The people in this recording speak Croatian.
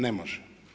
Ne može.